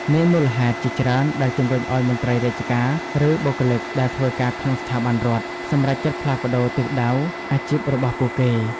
មានមូលហេតុជាច្រើន ដែលជំរុញឱ្យមន្ត្រីរាជការ ឬបុគ្គលិកដែលធ្វើការក្នុងស្ថាប័នរដ្ឋ សម្រេចចិត្តផ្លាស់ប្តូរទិសដៅអាជីពរបស់ពួកគេ។